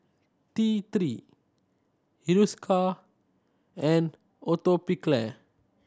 T Three Hiruscar and Atopiclair